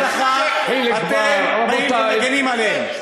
וכשעולה חוק ההדחה, אתם מגינים עליהם.